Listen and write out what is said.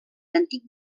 antic